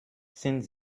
sind